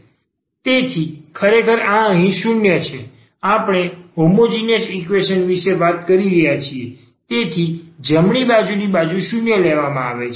તેથી ખરેખર આ અહીં 0 છે આપણે હોમોજીનીયસ ઈક્વેશન વિશે વાત કરી રહ્યા છીએ તેથી જમણી બાજુની બાજુ 0 લેવામાં આવશે